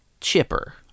Chipper